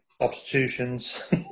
substitutions